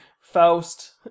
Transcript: Faust